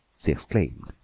she exclaimed.